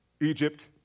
Egypt